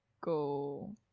go